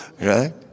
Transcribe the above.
right